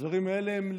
הדברים האלה הם,